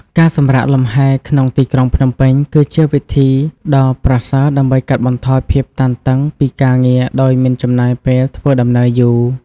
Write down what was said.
ការសម្រាកលំហែក្នុងទីក្រុងភ្នំពេញ គឺជាវិធីដ៏ប្រសើរដើម្បីកាត់បន្ថយភាពតានតឹងពីការងារដោយមិនចំណាយពេលធ្វើដំណើរយូរ។